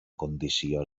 condició